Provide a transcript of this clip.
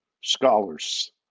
scholars